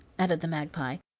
added the magpie.